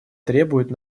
требует